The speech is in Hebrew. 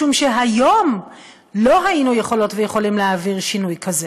משום שהיום לא היינו יכולות ויכולים להעביר שינוי כזה.